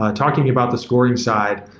ah talking about the scoring side,